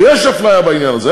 ויש אפליה בעניין הזה,